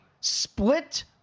split